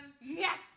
Yes